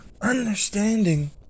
understanding